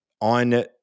on